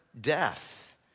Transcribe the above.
death